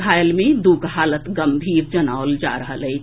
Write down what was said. घायल मे दू कँ हालत गम्भीर जनाओल जा रहल अछि